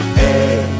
hey